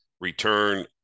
return